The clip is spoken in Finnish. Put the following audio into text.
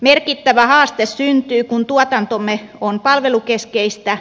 merkittävä haaste syntyy kun tuotantomme on palvelukeskeistä